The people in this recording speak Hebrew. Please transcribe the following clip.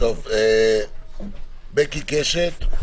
בקי קשת,